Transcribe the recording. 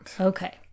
Okay